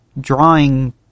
drawing